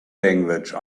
language